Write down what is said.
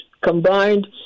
combined